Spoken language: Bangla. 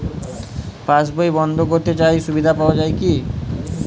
পাশ বই বন্দ করতে চাই সুবিধা পাওয়া যায় কি?